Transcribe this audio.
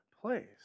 place